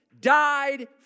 died